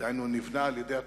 דהיינו הוא נבנה על-ידי התושבים.